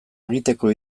egiteko